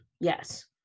yes